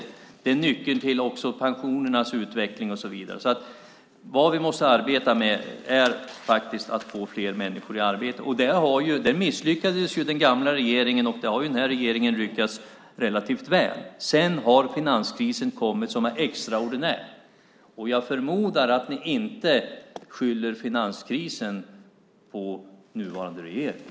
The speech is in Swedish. Det är också nyckeln till pensionernas utveckling och så vidare. Vi måste arbeta med att få fler människor i arbete. Där misslyckades den gamla regeringen, och den här regeringen har lyckats relativt väl. Sedan har finanskrisen kommit, och den är extraordinär. Jag förmodar att ni inte skyller finanskrisen på nuvarande regering.